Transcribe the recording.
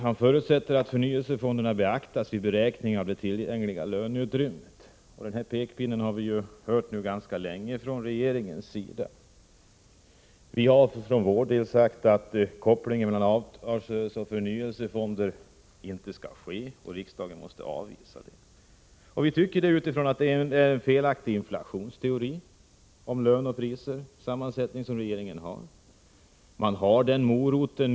Han förutsätter att förnyelsefonderna beaktas vid beräkningen av det tillgängliga löneutrymmet. Denna pekpinne från regeringens sida har vi observerat ganska länge. Vi har för vår del sagt att det inte skall göras någon koppling mellan avtalsrörelse och förnyelsefonder och att riksdagen måste avvisa det förslaget. Det har vi gjort därför att vi tycker att regeringen har en felaktig inflationsteori när det gäller löner och priser.